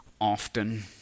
Often